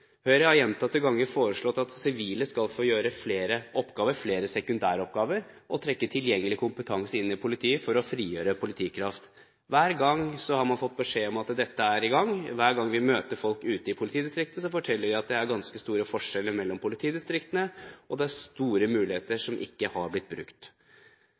Høyre har gjentatte ganger foreslått at sivile skal få gjøre flere oppgaver, flere sekundæroppgaver, og trekke tilgjengelig kompetanse inn i politiet for å frigjøre politikraft. Hver gang har man fått beskjed om at dette er i gang. Hver gang vi møter folk ute i politidistriktet, forteller de at det er ganske store forskjeller mellom politidistriktene, og det er store muligheter som ikke har blitt brukt.